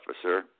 officer